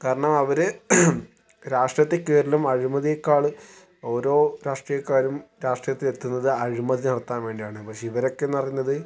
കാരണം അവർ രാഷ്ട്രീയത്തിൽ കയറണം അഴിമതിയേകാൾ ഓരോ രാഷ്ട്രീയക്കാരും രാഷ്ട്രീയത്തിൽ എത്തുന്നത് അഴിമതി നടത്താൻ വേണ്ടിയാണ് പക്ഷെ ഇവരൊക്കെ എന്ന് പറയുന്നത്